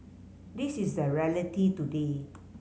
this is the reality today